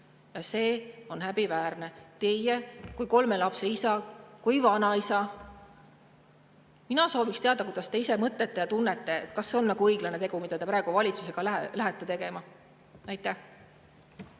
See on häbiväärne. Teie kui kolme lapse isa, kui vanaisa, mina soovisin teada, mida te ise mõtlete ja tunnete, kas see on õiglane tegu, mida te praegu valitsusega lähete tegema.